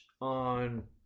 on